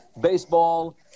baseball